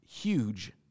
huge